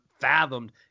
fathomed